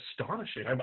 astonishing